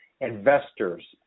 investors